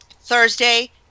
Thursday